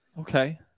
Okay